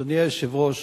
אדוני היושב-ראש,